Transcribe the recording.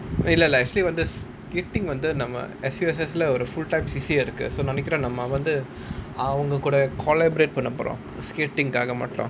இல்ல இல்ல:illa illa actually வந்து:vanthu skating வந்து நம்ம:vanthu namma S_U_S_S lah ஒரு:oru full time C_C_A இருக்கு நெனைக்றேன் நம்ம வந்து அவங்க கூட:irukku nenaikkraen namma vanthu avanga kooda collaborate பண்ணபோறோம்:pannaporom skating காக மட்டும்:kaaga mattum